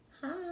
Hi